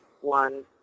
one